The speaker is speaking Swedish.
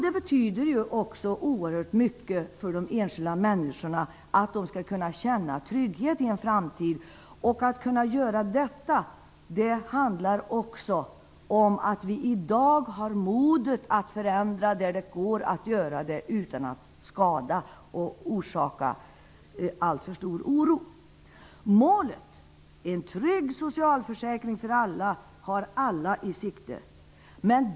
Det betyder också oerhört mycket för de enskilda människorna att de kan känna trygghet i framtiden. För att kunna uppnå detta handlar det också om att vi i dag måste ha modet att förändra där det går att göra det, utan att skada och orsaka alltför stor oro. Målet, en trygg socialförsäkring för alla, har alla i sikte.